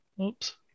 Oops